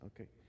Okay